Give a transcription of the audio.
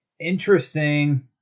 Interesting